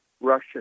Russian